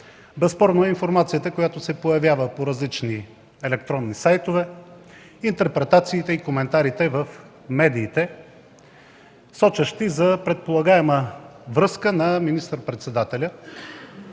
безспорно е информацията, която се появява по различни електронни сайтове, интерпретациите и коментарите в медиите, сочещи за предполагаема връзка на министър-председателя